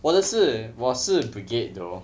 我的是我是 brigade though